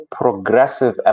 progressive